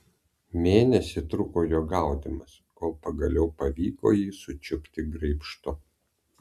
mėnesį truko jo gaudymas kol pagaliau pavyko jį sučiupti graibštu